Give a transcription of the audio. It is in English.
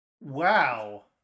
Wow